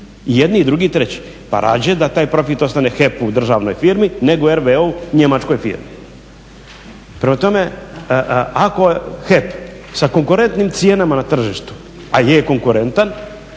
jedni i drugi i treći pa radije da taj profit ostane HEP-u u državnoj firmi nego RWE-u njemačkoj firmi. Prema tome, ako HEP sa konkurentnim cijenama na tržištu a je konkurentan